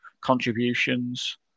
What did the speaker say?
contributions